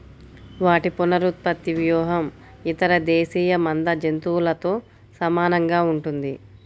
వాటి పునరుత్పత్తి వ్యూహం ఇతర దేశీయ మంద జంతువులతో సమానంగా ఉంటుంది